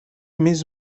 més